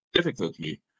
Difficulty